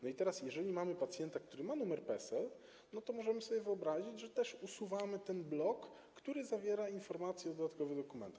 No i jeżeli mamy pacjenta, który ma numer PESEL, to możemy sobie wyobrazić, że też usuwamy ten blok, który zawiera informacje o dodatkowych dokumentach.